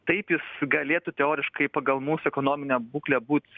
taip jis galėtų teoriškai pagal mūsų ekonominę būklę būt